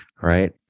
right